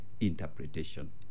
interpretation